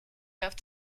have